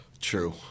True